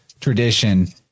tradition